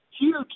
huge